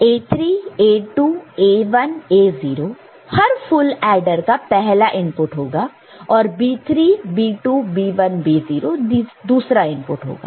A3 A2 A1 A0 हर full adder पहला input होगा और B3 B2 B1 B0 दूसरा इनपुट होगा